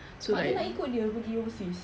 mak dia nak ikut dia pergi overseas